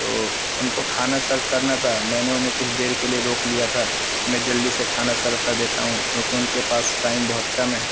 تو ان کو کھانا سرو کرنا تھا میں نے انہیں کچھ دیر کے لیے روک لیا تھا کہ میں جلدی سے کھانا سرو کر دیتا ہوں چونکہ ان کے پاس ٹائم بہت کم ہے